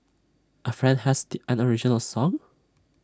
A friend has the an original song